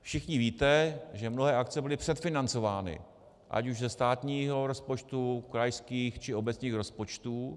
Všichni víte, že mnohé akce byly předfinancovány ať už ze státního rozpočtu, krajských, či obecních rozpočtů.